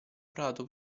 prato